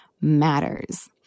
matters